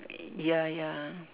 ya ya